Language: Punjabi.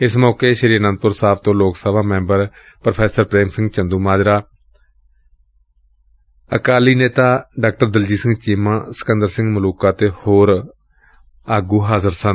ਇਸ ਮੌਕੇ ਸ੍ਰੀ ਆਨੰਦ ਪੁਰ ਸਾਹਿਬ ਤੋਂ Lok Sabha member Prof Prem Singh Chandumajra Dr Daljit Singh Cheema Sikander Singh Maluka ਅਤੇ ਹੋਰ ਹਾਜ਼ਰ ਸਨ